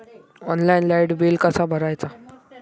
Online light bill कसा भरायचा?